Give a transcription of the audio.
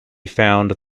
found